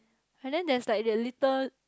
and then that's like the little